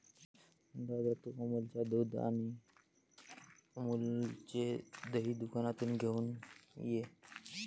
दादा, तू अमूलच्या दुध आणि अमूलचे दही दुकानातून घेऊन ये